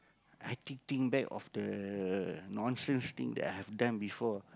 I actually think back of the nonsense thing that I have done before